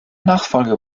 nachfolger